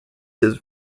his